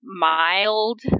mild